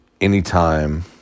Anytime